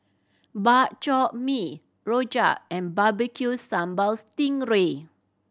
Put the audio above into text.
Bak Chor Mee rojak and Barbecue Sambal sting ray